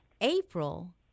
April